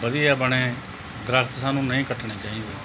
ਵਧੀਆ ਬਣੇ ਦਰਖਤ ਸਾਨੂੰ ਨਹੀਂ ਕੱਟਣੇ ਚਾਹੀਦੇ